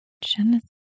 Genesis